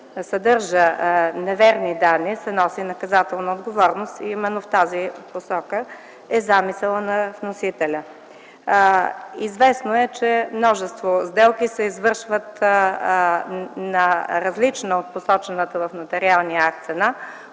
съдържа неверни данни, се носи наказателна отговорност. Именно в тази посока е замисълът на вносителя. Известно е, че множество сделки се извършват на различна от посочената в нотариалния акт цена,